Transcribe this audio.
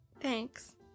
thanks